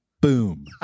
boom